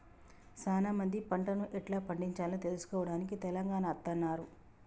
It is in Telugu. సానా మంది పంటను ఎట్లా పండిచాలో తెలుసుకోవడానికి తెలంగాణ అత్తన్నారు